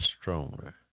stronger